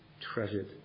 treasured